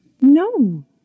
No